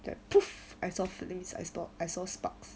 then I saw the thing I saw I saw sparks